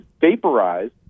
vaporized